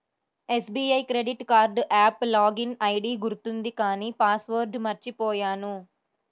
SBI credit card app login ID గుర్తుంది కానీ password మర్చిపొయ్యాను